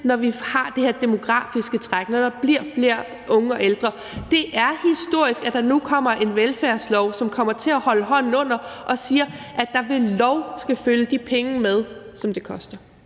når vi har det her demografiske træk – når der bliver flere unge og ældre. Det er historisk, at der nu kommer en velfærdslov, som kommer til at holde hånden under områderne, så der ved lov skal følge de penge med, som det koster.